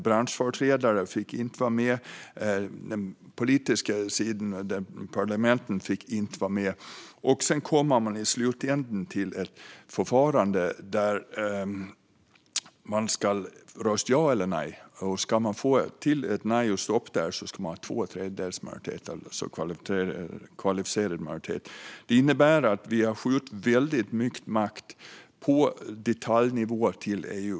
Branschföreträdare fick inte vara med, inte heller den politiska sidan och parlamenten. I slutändan blir det ett förfarande där man ska rösta ja eller nej. För att få till ett nej och stopp krävs två tredjedelars majoritet, alltså kvalificerad majoritet. Det innebär att vi har skjutit över väldigt mycket makt på detaljnivå till EU.